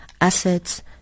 assets